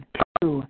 two